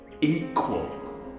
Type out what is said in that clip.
equal